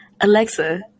Alexa